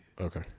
Okay